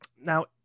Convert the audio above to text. now